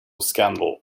scandal